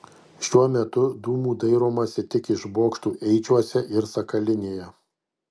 šiuo metu dūmų dairomasi tik iš bokštų eičiuose ir sakalinėje